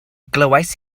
glywais